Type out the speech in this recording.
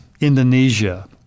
Indonesia